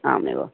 आम् एवं